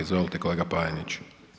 Izvolite kolega Panenić.